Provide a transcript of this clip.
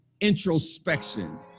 introspection